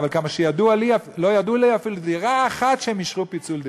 אבל לא ידוע לי אפילו על דירה אחת שהם אישרו לפצל,